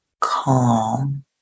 calm